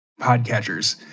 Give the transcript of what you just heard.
podcatchers